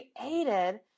created